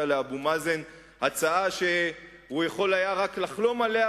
לאבו מאזן הצעה שהוא היה יכול רק לחלום עליה,